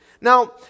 Now